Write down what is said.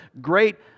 great